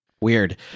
weird